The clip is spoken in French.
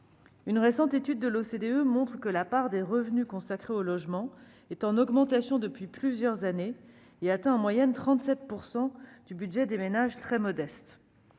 Une récente étude de l'OCDE montre que la part des revenus consacrée au logement est en augmentation depuis plusieurs années et qu'elle atteint en moyenne 37 % du budget des ménages très modestes.